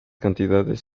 cantidades